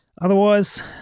otherwise